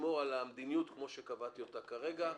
ולשמור על המדיניות כפי שקבעתי אותה כרגע,